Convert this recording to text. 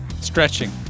Stretching